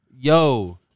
yo